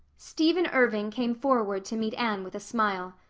stephen irving came forward to meet anne with a smile.